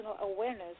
awareness